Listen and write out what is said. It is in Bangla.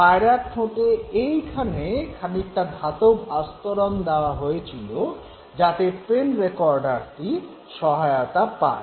পায়রার ঠোঁটে এইখানে খানিকটা ধাতব আস্তরণ দেওয়া হয়েছিল যাতে পেন রেকর্ডারটি সহায়তা পায়